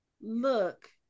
look